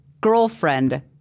girlfriend-